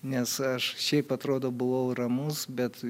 nes aš šiaip atrodo buvau ramus bet